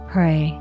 pray